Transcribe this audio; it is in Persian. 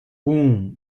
بوووم